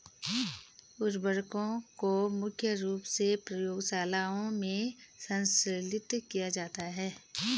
उर्वरकों को मुख्य रूप से प्रयोगशालाओं में संश्लेषित किया जाता है